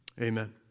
amen